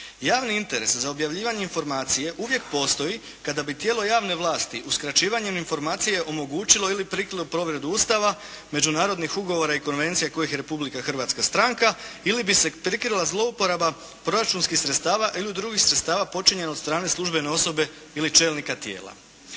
Javni interes za objavljivanje informacije uvijek postoji kada bi tijelo javne vlasti uskraćivanjem informacije omogućilo ili povredu Ustava, međunarodnih ugovora i konvencija kojih je Republika Hrvatska stranka ili bi se prikrila zlouporaba proračunskih sredstava ili drugih sredstava počinjenih od strane službene osobe ili čelnika tijela.